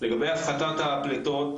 לגבי הפחתת הפליטות,